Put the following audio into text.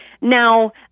Now